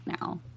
now